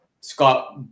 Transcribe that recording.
scott